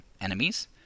enemies